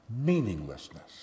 meaninglessness